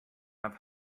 have